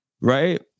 right